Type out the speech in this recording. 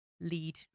lead